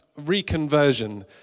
reconversion